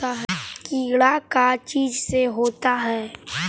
कीड़ा का चीज से होता है?